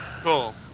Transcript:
Cool